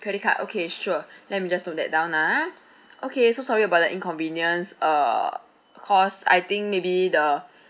credit card okay sure let me just note that down ah okay so sorry about the inconvenience uh cause I think maybe the